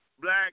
black